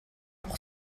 pour